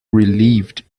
relieved